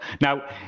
Now